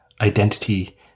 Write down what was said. identity